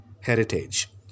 heritage